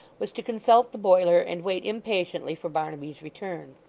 was to consult the boiler, and wait impatiently for barnaby's return.